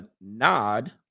nod